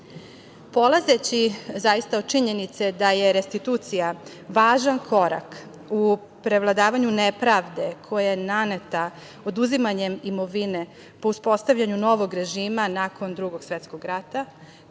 zakona. Polazeći zaista od činjenice da je restitucija važan korak u prevladavanju nepravde koja je naneta oduzimanjem imovine po uspostavljanju novog režima nakon Drugog svetskog rata,